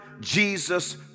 Jesus